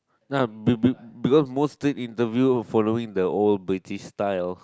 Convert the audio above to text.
uh be~ be~ because most thing interview following the old British style